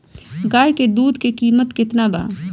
गाय के दूध के कीमत केतना बा?